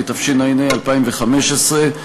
התשע"ה 2015,